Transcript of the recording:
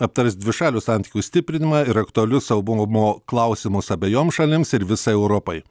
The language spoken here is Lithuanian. aptars dvišalių santykių stiprinimą ir aktualius saugumo klausimus abejoms šalims ir visai europai